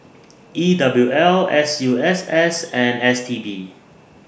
E W L S U S S and S T B